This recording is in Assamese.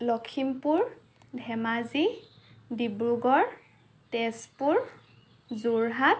লখিমপুৰ ধেমাজি ডিব্ৰুগড় তেজপুৰ যোৰহাট